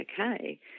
okay